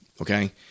Okay